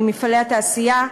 ממפעלי התעשייה,